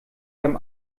beim